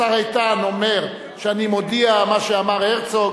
השר איתן אומר שאני מודיע מה שאמר הרצוג,